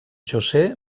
josé